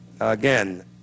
Again